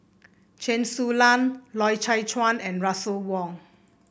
Chen Su Lan Loy Chye Chuan and Russel Wong